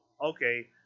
okay